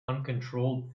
uncontrolled